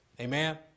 Amen